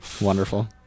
Wonderful